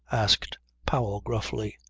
asked powell gruffly.